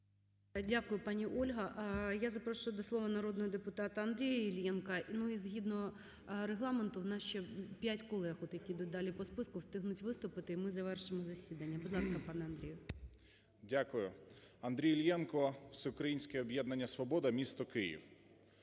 Дякую, пані Ольга. Я запрошую до слова народного депутата Андрія Іллєнка. І ми згідно Регламенту у нас ще п'ять колег, які йдуть далі по списку встигнуть виступити, і ми завершимо засідання. Будь ласка, пане Андрію. 14:00:12 ІЛЛЄНКО А.Ю. Дякую. Андрій Іллєнко, Всеукраїнське об'єднання "Свобода", місто Київ.